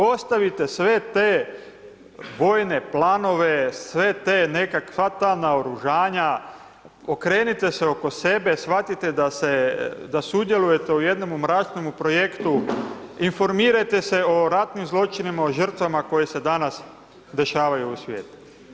Ostavite sve te vojne planove, sva ta naoružanja, okrenite se oko sebe, shvatite da sudjelujete u jednom mračnom projektu, informirajte se o ratnim zločinima, o žrtvama koje se danas dešavaju u svijetu.